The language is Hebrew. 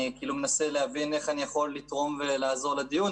אני מנסה להבין איך אני יכול לתרום ולעזור לדיון,